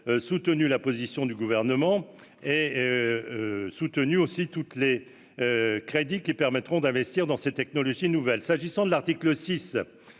soutenu la position du gouvernement et soutenu aussi toutes les crédits qui permettront d'investir dans ces technologies nouvelles, s'agissant de l'article 6